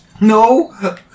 No